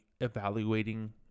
evaluating